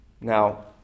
Now